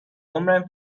عمرم